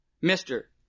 Mister